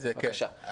בבקשה.